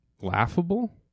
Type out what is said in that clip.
laughable